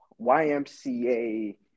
YMCA